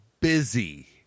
busy